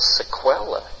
sequela